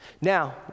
Now